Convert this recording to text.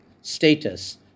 status